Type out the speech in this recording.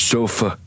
Sofa